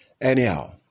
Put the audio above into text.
anyhow